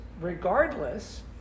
regardless